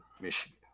Michigan